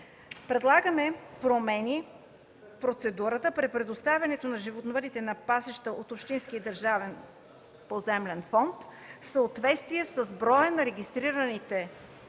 Предлагаме промени в процедурата при предоставянето на животновъдите на пасища от Общинския държавен поземлен фонд в съответствие с броя на регистрираните